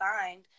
signed